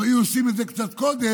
אם היו עושים את זה קצת קודם,